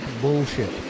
bullshit